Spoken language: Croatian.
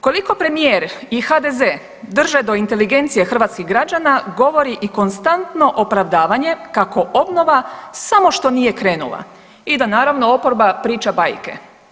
Koliko premijer i HDZ drže do inteligencije hrvatskih građana govori i konstantno opravdavanje kako obnova samo što nije krenula i da naravno, oporba priča bajke.